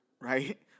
right